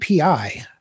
API